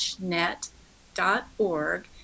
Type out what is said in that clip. net.org